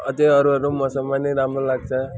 अझै अरूअरू नि मौसममा नि राम्रो लाग्छ